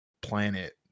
planet